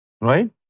Right